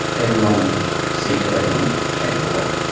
everyone sees what everyone is capable of.